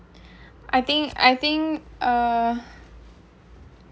I think I think uh